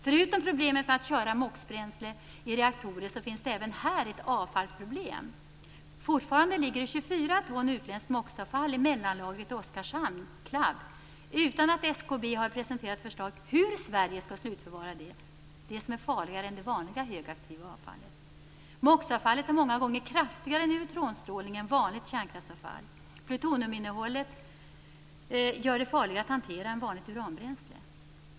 Förutom problemet med att köra med MOX bränsle i reaktorer finns det även här ett avfallsproblem. Fortfarande ligger 24 ton utländskt MOX SKB har presenterat förslag om hur Sverige skall slutförvara detta, som är farligare än det vanliga högaktiva avfallet. MOX-avfallet har många gånger kraftigare neutronstrålning än vanligt kärnkraftsavfall. Plutoniuminnehållet gör det farligare att hantera än vanligt uranbränsle.